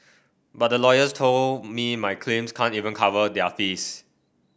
but the lawyers told me my claims can't even cover their fees